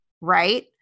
right